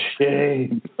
shame